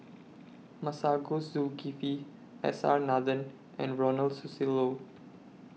Masagos Zulkifli S R Nathan and Ronald Susilo